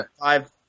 five